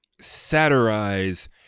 satirize